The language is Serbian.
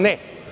Ne.